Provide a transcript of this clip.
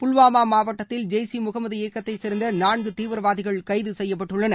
புல்வாமா மாவட்டத்தில் ஜெய் ஈ முகமது இயக்கத்தைச் சேர்ந்த நான்கு தீவிரவாதிகள் கைது செய்யப்பட்டுள்ளனர்